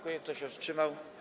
Kto się wstrzymał?